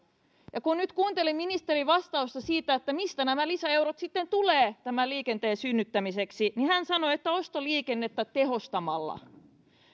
kun nyt kuuntelin ministerin vastausta siitä mistä nämä lisäeurot sitten tulevat tämän liikenteen synnyttämiseksi niin hän sanoi että ostoliikennettä tehostamalla